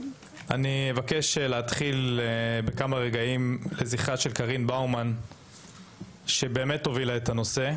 אבקש להתחיל בכמה רגעים לזיכרה של קארין באומן שבאמת הובילה את הנושא.